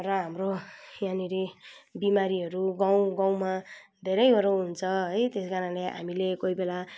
र हाम्रो यहाँनेरि बिमारीहरू गाउँ गाउँमा धेरैहरू हुन्छ है त्यस कारणले हामीले कोही बेला